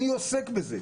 אני עוסק בזה.